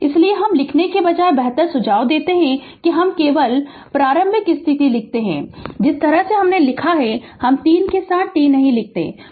इसलिए हम लिखने के बजाय बेहतर सुझाव देते है कि हम केवल प्रारंभिक स्थिति लिखते है जिस तरह से हमने लिखा है हम 3 के साथ t नहीं लिखते है